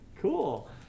Cool